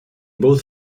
both